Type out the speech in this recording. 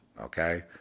Okay